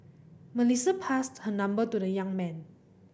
Melissa passed her number to the young man